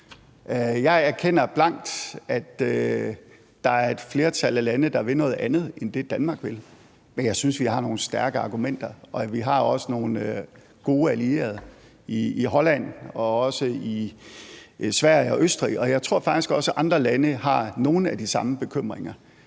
Jeg erkender blankt, at der er et flertal af lande, der vil noget andet, end det, Danmark vil. Men jeg synes, vi har nogle stærke argumenter, og vi har også nogle gode allierede i Holland og i Sverige og i Østrig, og jeg tror faktisk også, at andre lande har nogle af de samme bekymringer.